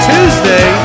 Tuesday